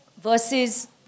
versus